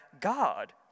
God